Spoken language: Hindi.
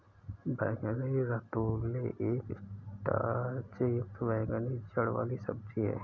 बैंगनी रतालू एक स्टार्च युक्त बैंगनी जड़ वाली सब्जी है